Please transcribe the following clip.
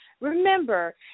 Remember